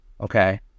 Okay